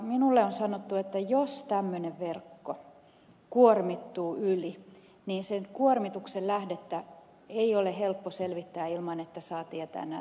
minulle on sanottu että jos tämmöinen verkko kuormittuu yli niin sen kuormituksen lähdettä ei ole helppo selvittää ilman että saa tietää nämä tunnistetiedot